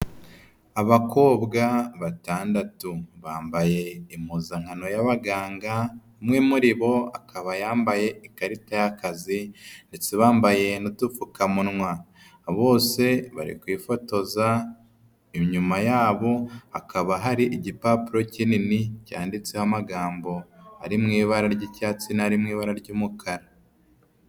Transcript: Abakobwa batandatu bambaye impuzankano y'abaganga umwe muri bo akaba yambaye ikarita y'akazi ndetse bambaye n'utupfukamunwa, bose bari kwifotoza inyuma yabo hakaba hari igipapuro kinini cyanditseho amagambo ari mu ibara ry'icyatsi nari mu ibara ry'umukara.